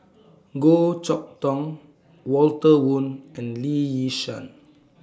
Goh Chok Tong Walter Woon and Lee Yi Shyan